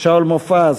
התשתיות הלאומיות,